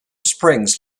springs